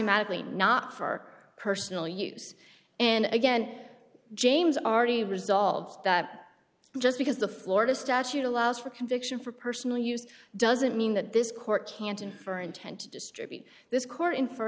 magically not for personal use and again james r d resolves that just because the florida statute allows for conviction for personal use doesn't mean that this court can't infer intent to distribute this court in